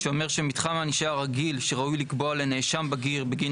שאומר שמתחם ענישה רגיל שראוי לקבוע לנאשם בגיר בגין